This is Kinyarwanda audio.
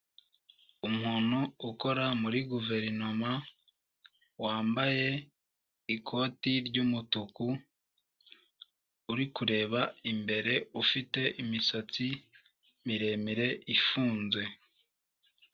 Umuntu ukora muri guverinoma, wambaye ikoti ry'umutuku, uri kureba imbere, ufite imisatsi miremire ifunze.